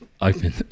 open